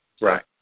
Right